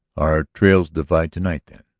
our trails divide to-night, then?